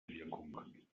wirkung